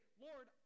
Lord